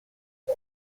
متى